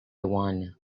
one